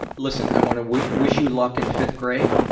listen, i want to wish wish you luck in fifth grade.